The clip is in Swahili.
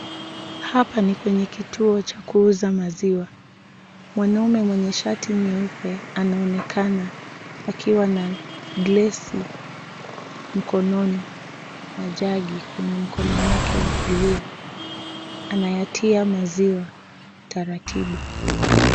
Hapa ni kwenye kituo cha kuuza maziwa, mwanaume mwenye shati nyeupe anaonekana akiwa na glasi mkononi na jagi kwenye mkono wake wa kulia. Anayatia maziwa taratibu.